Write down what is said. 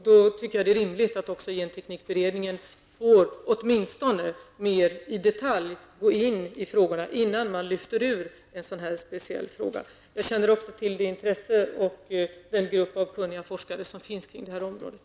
Då är det rimligt att genteknikutredningen åtminstone får gå in mer i detalj på frågorna, innan man lyfter ut en sådan här speciell fråga. Jag känner också till det intresse och den grupp av kunniga forskare som finns på det här området.